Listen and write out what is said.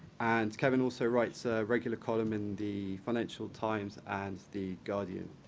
and kevin also writes a regular column in the financial times and the guardian.